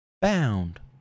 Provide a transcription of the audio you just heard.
bound